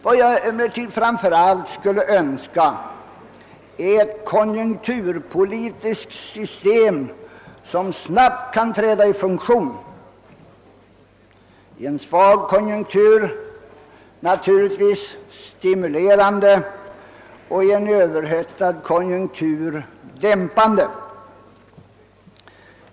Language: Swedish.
Vad jag emellertid framför allt skulle önska är ett konjunkturpolitiskt system som snabbt kan träda i funktion; i en svag konjunktur naturligtvis stimulerande och i en överhettad konjunktur dämpande.